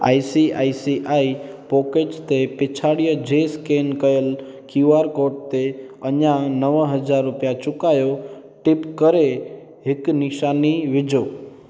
I C I C I pockets ते पिछाड़ीअ जे स्केन कयल क्यू आर कोड ते अञा नव हज़ार रुपिया चुकायो टिप करे हिक निशानी विझो